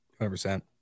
100%